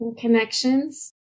connections